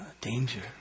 Danger